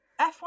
f1